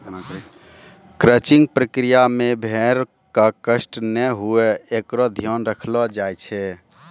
crutching प्रक्रिया मे भेड़ क कष्ट नै हुये एकरो ध्यान रखलो जाय छै